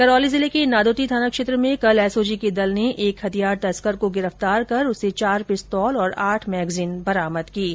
करौली जिले के नादौती थाना क्षेत्र में कल एसओजी के दल ने एक हथियार तस्कर को गिरफ्तार करके उससे चार पिस्तौलें और आठ मैगजीन बरामद की है